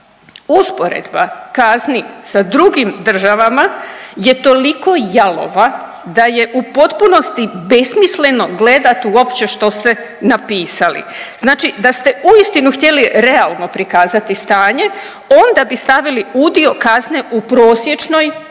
Usporedba kazni sa drugima državama je toliko jalova da je u potpunosti besmisleno gledati uopće što ste napisali. Znači da ste uistinu htjeli realno prikazati stanje, onda bi stavili udio kazne u prosječnoj